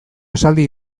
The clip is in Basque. esaldi